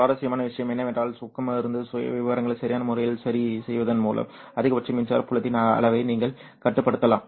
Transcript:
சுவாரஸ்யமான விஷயம் என்னவென்றால் ஊக்கமருந்து சுயவிவரங்களை சரியான முறையில் சரிசெய்வதன் மூலம் அதிகபட்ச மின்சார புலத்தின் அளவை நீங்கள் கட்டுப்படுத்தலாம்